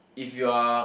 if you are